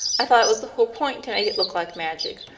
i thought it was the whole point to make it look like magic.